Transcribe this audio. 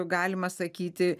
galima sakyti